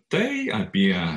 tai apie